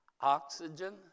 oxygen